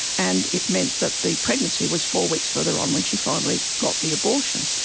and it meant that the pregnancy was four weeks further on when she finally got the abortion.